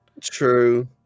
True